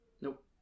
Nope